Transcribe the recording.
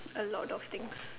a lot of things